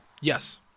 Yes